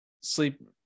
sleep